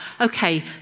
okay